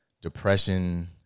depression